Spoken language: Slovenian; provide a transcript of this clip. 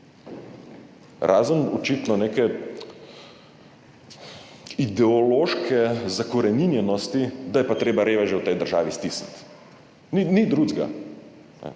razen očitno neke ideološke zakoreninjenosti, da je pa treba reveže v tej državi stisniti. Ni drugega,